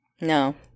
No